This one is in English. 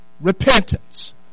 repentance